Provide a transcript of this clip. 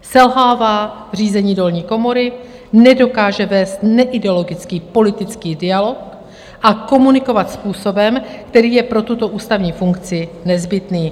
Selhává v řízení dolní komory, nedokáže vést neideologický politický dialog a komunikovat způsobem, který je pro tuto ústavní funkci nezbytný.